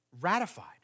ratified